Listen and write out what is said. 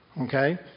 okay